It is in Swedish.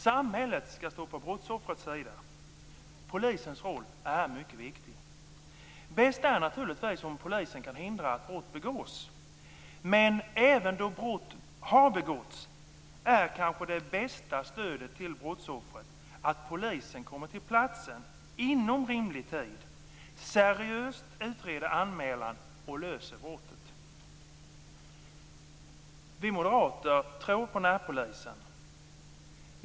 Samhället skall stå på brottsoffrets sida. Polisens roll är mycket viktig. Bäst är naturligtvis om polisen kan hindra att brott begås, men även då brott har begåtts är kanske det bästa stödet till brottsoffret att polisen kommer till platsen inom rimlig tid, seriöst utreder anmälan och löser brottet. Vi moderater tror på närpolisen.